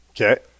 Okay